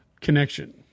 connection